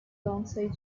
alongside